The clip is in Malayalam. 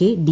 K D